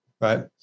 right